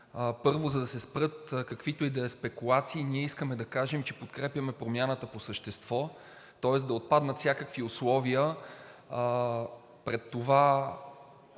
Първо, за да се спрат каквито и да е спекулации, ние искаме да кажем, че подкрепяме промяната по същество. Тоест да отпаднат всякакви условия пред това